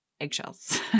eggshells